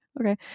Okay